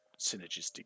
synergistic